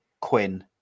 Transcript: Quinn